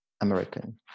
American